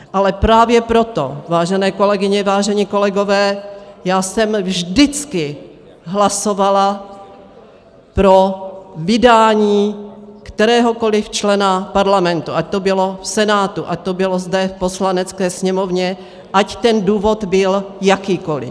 Ale právě proto, vážené kolegyně, vážení kolegové, já jsem vždycky hlasovala pro vydání kteréhokoli člena Parlamentu, ať to bylo v Senátu, ať to bylo zde v Poslanecké sněmovně, ať ten důvod byl jakýkoli.